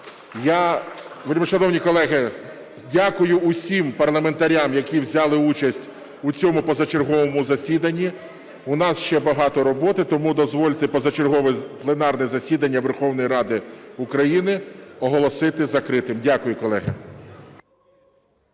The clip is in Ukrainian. Вельмишановні колеги, дякую усім парламентарям, які взяли участь у цьому позачерговому засіданні. У нас ще багато роботи. Тому дозвольте позачергове пленарне засідання Верховної Ради України оголосити закритим. Дякую, колеги.